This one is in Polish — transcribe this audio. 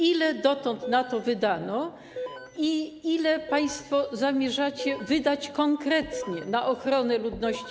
Ile dotąd na to wydano i ile państwo zamierzacie wydać konkretnie na ochronę ludności?